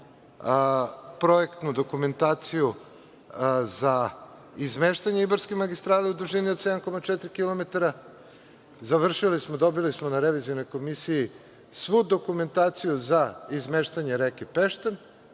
projektnu dokumentaciju za izmeštanje Ibarske magistrale, u dužini od 7,4 kilometara. Završili smo, dobili smo na Revizorskoj komisiji svu dokumentaciju za izmeštanje reke Peštan,